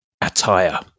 Attire